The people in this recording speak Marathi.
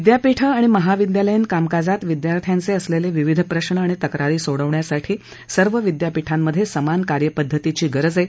विद्यापीठ आणि महाविद्यालयीन कामकाजात विद्यार्थ्यांचे असलेले विविध प्रश्न आणि तक्रारी सोडविण्यासाठी सर्व विद्यापीठांमध्ये समान कार्यपध्दतीची गरज आहे